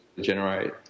generate